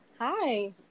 Hi